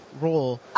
role